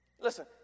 Listen